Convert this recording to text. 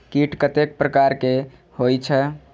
कीट कतेक प्रकार के होई छै?